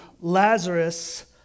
Lazarus